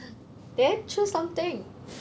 then choose something